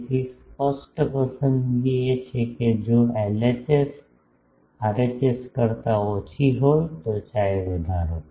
તેથી સ્પષ્ટ પસંદગી એ છે કે જો એલએચએસ આરએચએસ કરતાં ઓછી હોય તો chi વધારો